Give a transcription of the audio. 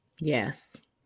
Yes